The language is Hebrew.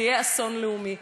זה יהיה אסון לאומי.